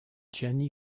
gianni